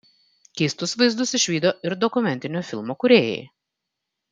keistus vaizdus išvydo ir dokumentinio filmo kūrėjai